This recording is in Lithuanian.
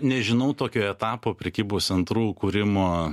nežinau tokio etapo prekybos centrų kūrimo